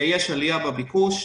יש עלייה בביקוש.